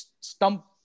stump